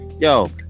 Yo